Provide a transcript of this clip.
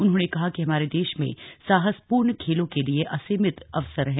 उन्होंने कहा कि हमारे देश में साहसपूर्ण खेलों के लिए असीमित अवसर हैं